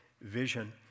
vision